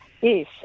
Yes